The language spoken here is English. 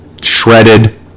shredded